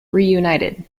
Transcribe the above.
reunited